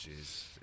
jeez